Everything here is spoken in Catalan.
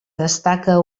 destaca